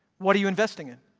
what are you investing in?